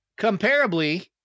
Comparably